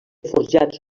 forjats